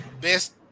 best